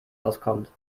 auskommt